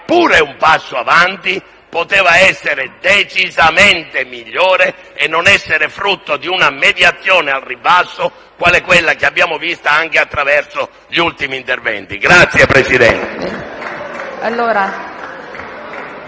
pure è un passo in avanti, poteva essere decisamente migliore e non essere frutto di una mediazione al ribasso come quella che abbiamo visto anche attraverso gli ultimi interventi. *(Applausi